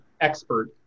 expert